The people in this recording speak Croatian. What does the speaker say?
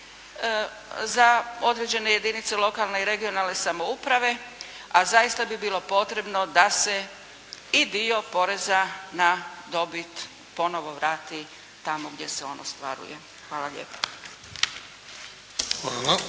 za određene jedinice lokalne i regionalne samouprave, a zaista bi bilo potrebno da se i dio poreza na dobit ponovo vrati tamo gdje se on ostvaruje. Hvala lijepa.